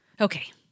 Okay